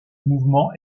mouvement